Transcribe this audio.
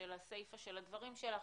של הסיפא של הדברים שלך,